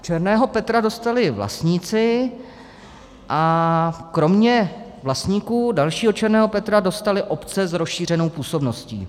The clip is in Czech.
Černého Petra dostali vlastníci a kromě vlastníků dalšího černého Petra dostaly obce s rozšířenou působností.